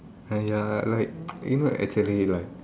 ah ya like you know like actually like